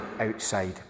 outside